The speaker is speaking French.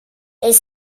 est